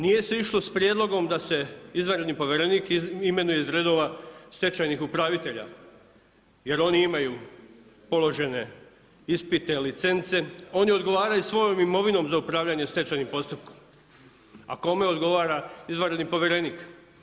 Nije se išlo s prijedlogom da se izvanredni povjerenik imenuje iz redova stečajnih upravitelja jer oni imaju položene ispite, licence, oni odgovaraju svojom imovinom za upravljanje stečajnim postupkom, a kome odgovara izvanredni povjerenik?